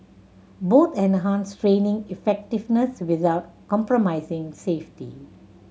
both enhanced training effectiveness without compromising safety